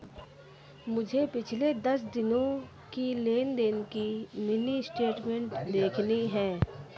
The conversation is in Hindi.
मुझे पिछले दस दिनों की लेन देन की मिनी स्टेटमेंट देखनी है